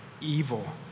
evil